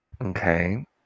Okay